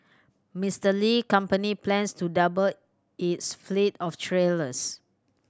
Mister Li company plans to double its fleet of trailers